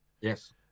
Yes